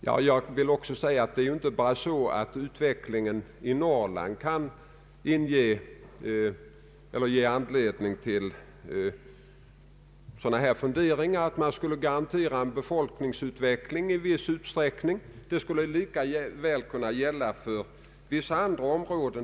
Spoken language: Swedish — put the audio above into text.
Jag vill gärna ta detta tillfälle i akt att understryka vad som betonats av bl.a. ERU och som framgår av den bilagedel som vi i dagarna fått i anslutning till ERU:s yttrande.